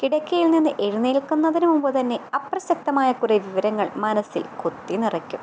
കിടക്കയിൽ നിന്ന് എഴുന്നേൽക്കുന്നതിന് മുൻപുതന്നെ അപ്രസക്തമായ കുറേ വിവരങ്ങൾ മനസ്സിൽ കുത്തിനിറയ്ക്കും